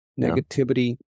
Negativity